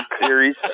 Series